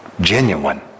genuine